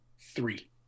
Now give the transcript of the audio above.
three